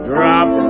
Drop